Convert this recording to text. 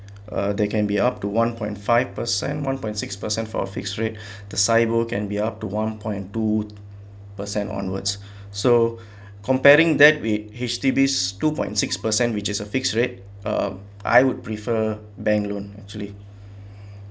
uh they can be up to one point five per cent one point six percent for fixed rate the cyber can be up to one point two percent onwards so comparing that with H_D_B's two point six per witch is a fixed rate um I would prefer bank loan actually